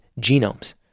genomes